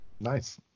Nice